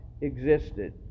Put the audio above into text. existed